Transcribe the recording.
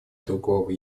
другого